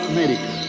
America